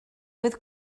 oedd